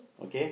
okay